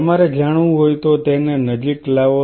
તમારે જાણવું હોય તો તેને નજીક લાવો